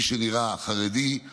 אני אומר לך,